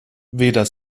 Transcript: weder